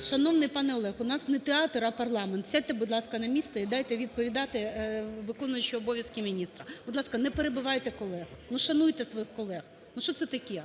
Шановний пане Олег, у нас не театр, а парламент, сядьте, будь ласка, на місце і дайте відповідати виконуючого обов'язки міністра. Будь ласка, не перебивайте колег, ну шануйте своїх колег. Ну що це таке?